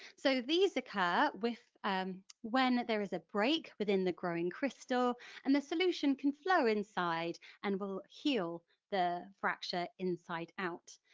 so these occur when there is a break within the growing crystal and the solution can flow inside and will heal the fracture inside out.